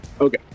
Okay